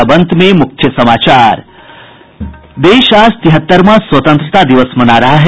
और अब अंत में मुख्य समाचार देश आज तिहत्तरवां स्वतंत्रता दिवस मना रहा है